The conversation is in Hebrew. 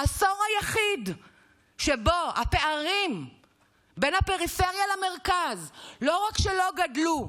העשור היחיד שבו הפערים בין הפריפריה למרכז לא רק שלא גדלו,